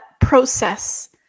process